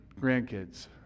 grandkids